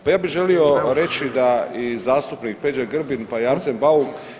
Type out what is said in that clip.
Pa ja bih želio reći da i zastupnik Peđa Grbin, pa i Arsen Bauk.